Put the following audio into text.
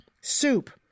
soup